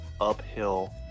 uphill